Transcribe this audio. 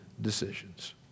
decisions